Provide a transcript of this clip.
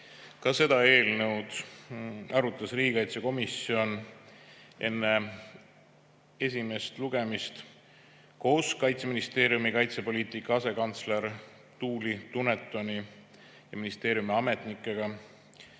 ka seda eelnõu arutas riigikaitsekomisjon enne esimest lugemist koos Kaitseministeeriumi kaitsepoliitika asekantsleri Tuuli Dunetoni ja ministeeriumi ametnikega